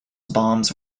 bombs